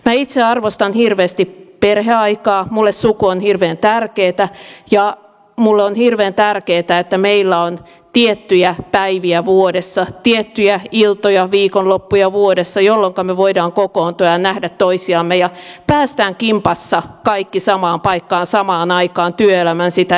minä itse arvostan hirveästi perheaikaa minulle suku on hirveän tärkeä ja minulle on hirveän tärkeätä että meillä on tiettyjä päiviä vuodessa tiettyjä iltoja viikonloppuja vuodessa jolloinka me voimme kokoontua ja nähdä toisiamme ja päästään kimpassa kaikki samaan paikkaan samaan aikaan työelämän sitä estämättä